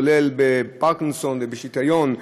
כולל בפרקינסון ובשיטיון,